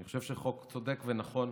אני חושב שהוא חוק צודק ונכון,